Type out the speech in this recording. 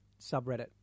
subreddit